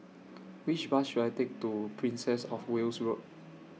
Which Bus should I Take to Princess of Wales Road